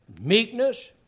meekness